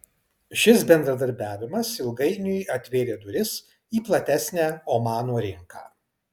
šis bendradarbiavimas ilgainiui atvėrė duris į platesnę omano rinką